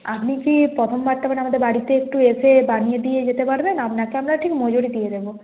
আপনি কি প্রথম বারটা মানে আমাদের বাড়িতে একটু এসে বানিয়ে দিয়ে যেতে পারবেন আপনাকে আমরা ঠিক মজুরি দিয়ে দেবো